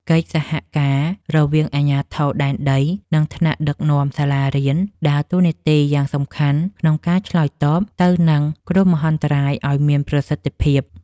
កិច្ចសហការរវាងអាជ្ញាធរដែនដី និងថ្នាក់ដឹកនាំសាលារៀន ដើរតួនាទីយ៉ាងសំខាន់ក្នុងការឆ្លើយតបទៅនឹងគ្រោះមហន្តរាយឱ្យមានប្រសិទ្ធភាព។